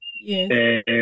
yes